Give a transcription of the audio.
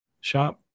shop